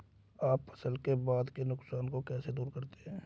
आप फसल के बाद के नुकसान को कैसे दूर करते हैं?